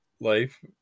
life